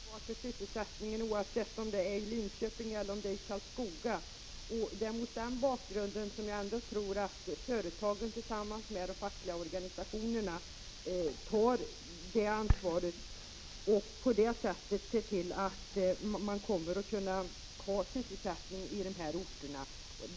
Fru talman! Staten har ett ansvar för sysselsättningen, oavsett om det är i Linköping eller om det är i Karlskoga. Det är mot den bakgrunden som jag tror att företagen tillsammans med de fackliga organisationerna tar detta ansvar och på det sättet ser till att det kommer att finnas sysselsättning i dessa orter.